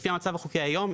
לפי המצב החוקי היום,